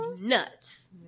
nuts